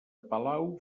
palau